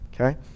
okay